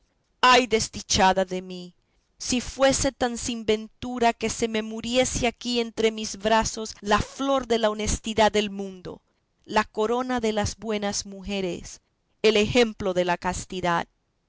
ay desdichada de mí si fuese tan sin ventura que se me muriese aquí entre mis brazos la flor de la honestidad del mundo la corona de las buenas mujeres el ejemplo de la castidad